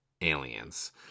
aliens